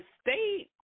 state